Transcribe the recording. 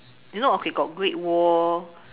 you know okay got great wall